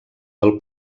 del